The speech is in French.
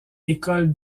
école